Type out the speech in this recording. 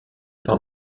par